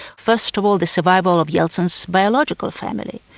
first of all the survival of yeltsin's biological family,